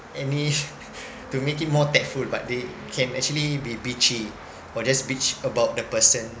any to make it more tactful but they can actually be bitchy or just bitch about the person